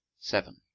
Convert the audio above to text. seven